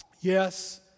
yes